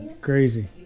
crazy